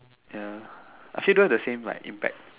ya actually don't have like the same impact